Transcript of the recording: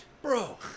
Bro